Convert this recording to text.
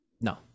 No